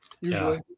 usually